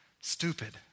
Stupid